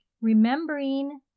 Remembering